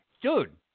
Dude